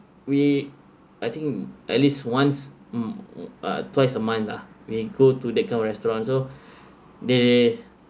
we I think at least once uh twice a month lah may go to that kind of restaurant so they